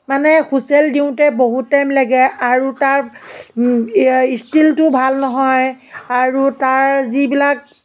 মানে হুচেল দিওঁতে বহু টাইম লাগে আৰু তাৰ ষ্টীলটো ভাল নহয় আৰু তাৰ যিবিলাক